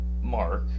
Mark